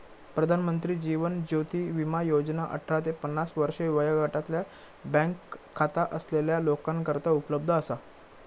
प्रधानमंत्री जीवन ज्योती विमा योजना अठरा ते पन्नास वर्षे वयोगटातल्या बँक खाता असलेल्या लोकांकरता उपलब्ध असा